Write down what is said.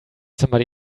somebody